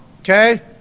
okay